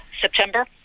September